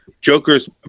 Joker's